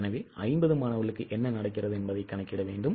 எனவே 50 மாணவர்களுக்கு என்ன நடக்கிறது என்பதைக் கணக்கிட வேண்டும்